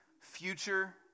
future